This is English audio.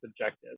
objective